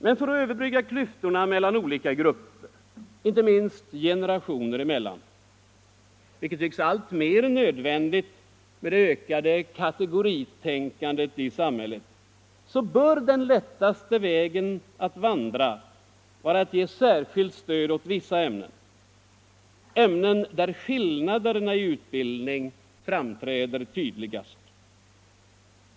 Men för att överbrygga klyf Tisdagen den torna mellan olika grupper, inte minst mellan generationer — vilket tycks 20 maj 1975 alltmer nödvändigt med det ökade kategoritänkandet i samhället bör I den lättaste vägen att vandra vara att ge särskilt stöd åt de ämnen där — Vuxenutbildningen, skillnaderna i utbildning tydligast framträder.